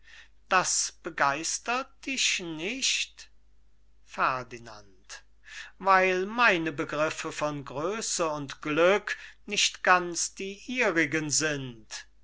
zeichen das begeistert dich nicht ferdinand weil meine begriffe von größe und glück nicht ganz die ihrigen sind ihre